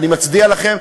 אני מצדיע לכם,